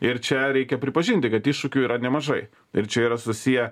ir čia reikia pripažinti kad iššūkių yra nemažai ir čia yra susiję